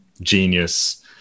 genius